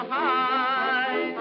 high